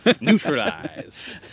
Neutralized